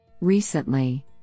Recently